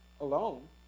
alone